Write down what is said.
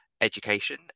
education